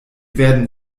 werden